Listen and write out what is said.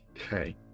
Okay